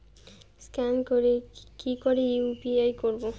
Scan করে কি করে ইউ.পি.আই করবো?